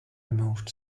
removed